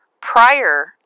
prior